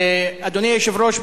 אדוני היושב-ראש,